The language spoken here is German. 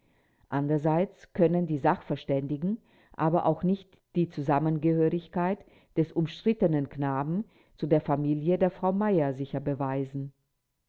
andererseits können die sachverständigen aber auch nicht die zusammengehörigkeit des umstrittenen knaben zu der familie der frau meyer sicher beweisen